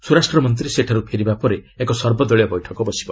ସ୍ୱରାଷ୍ଟ୍ରମନ୍ତ୍ରୀ ସେଠାରୁ ଫେରିବା ପରେ ଏକ ସର୍ବଦଳୀୟ ବୈଠକ ବସିବ